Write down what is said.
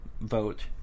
vote